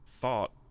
Thought